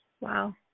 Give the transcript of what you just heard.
Wow